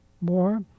more